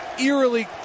eerily